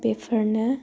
बेफोरनो